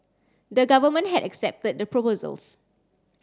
the government had accepted the proposals